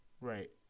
right